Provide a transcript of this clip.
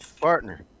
Partner